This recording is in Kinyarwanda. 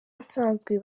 asanzwe